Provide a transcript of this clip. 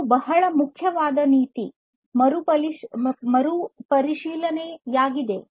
ಇದು ಬಹಳ ಮುಖ್ಯವಾದ ನೀತಿ ಮರುಪರಿಶೀಲನೆಯಾಗಿದೆ